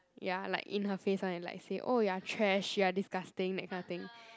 ya like in her face [one] and like say oh you are trash you are disgusting that kind of thing